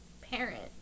parent